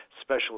special